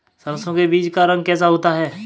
सरसों के बीज का रंग कैसा होता है?